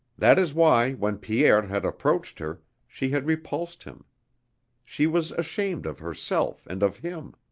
that is why when pierre had approached her she had repulsed him she was ashamed of herself and of him.